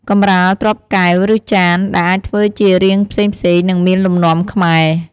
កម្រាលទ្រាប់កែវ ឬចាន ដែលអាចធ្វើជារាងផ្សេងៗ និងមានលំនាំខ្មែរ។